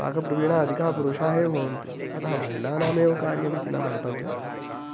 पाकप्रवीणाः अधिकाः पुरुषाः एव भवन्ति अतः महिलानामेव कार्यमिति न मन्तव्यम्